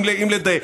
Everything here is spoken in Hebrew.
אם לדייק.